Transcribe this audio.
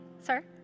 sir